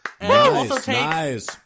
Nice